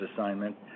assignment